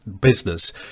business